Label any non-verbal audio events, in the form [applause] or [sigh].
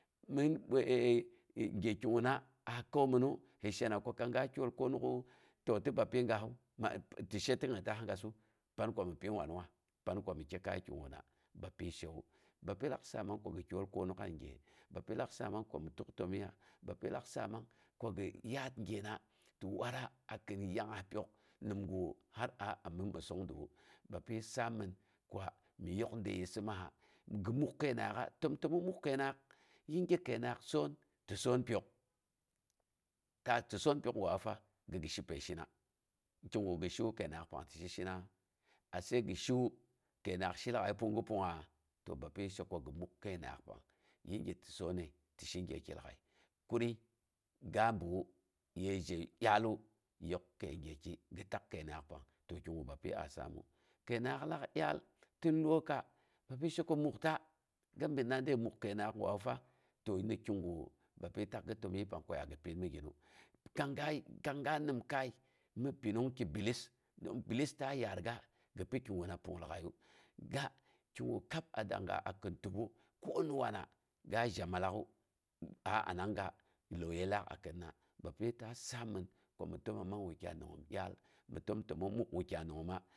Mɨn [hesitation] gyekiyuna a kaumɨnu, mi shega kang ga kyol konok u? To tɨ, bapyi gassu, tɨ she ti gitas gasu, nan ko mi ni gwaniwa, pan kor kyekai kiguna bapyi shewa bapyi lak saamang ko mi kyol konok'a ni gye. Bapyi lak saamang komi tak təmyiiya, bapyi lak saamang ko gi yaat gyena tɨ watra a kin yangngas pyok nimgu har aami məssong dawu, bapyi saamang kwa mi yok de yissimassa gi muk kəinangngaak'a temtəmong muk kainangnga. Yinge kəinangngaak soon, tɨ soon pyok, tɨ soonpyok gwawu fa, gi gi shipəi shina. Kigu gi shiwu kəinangngaanang tii shina? Ashe gi shiwu, kəinangngaak shi lag'aiya pungga. To bapyi she ko gi muk kəinangngaak nang. Yinge ti soonəi, ti shi gyeke ladai kwii aja biwu, yəi zhei dyaak, yok kəi gyeke, tak kəinangngaak pang kigu bapyi a saamu. Kəinangngaak laak mi dyaal, tin lyoika, gin she ko mukta, ginn binna dei muk kəinangngaak gwawu fa. To ni kigu bapyi takga təmyii pang ko ya gi pina migina. Kangi kang ga, nimkai mi pinanag ki bilis bilis ta yaargu gi pi kiguna pung lagaiyu. Ga kigu kab a dangnga a kin tubu, koniwana ga zha mallak'u, a anangga lauye laak a kirina. Bapyi ta saaminu komi təma man wukyai nangngaak dyaal mi təm. Mi təmtenong muk wukyai nangngoma ma